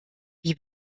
die